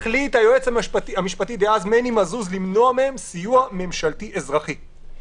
החליט היועץ המשפטי דאז מני מזוז למנוע מהם סיוע ממשלתי אזרחי.